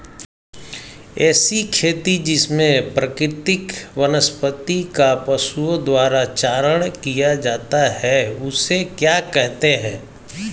ऐसी खेती जिसमें प्राकृतिक वनस्पति का पशुओं द्वारा चारण किया जाता है उसे क्या कहते हैं?